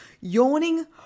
Yawning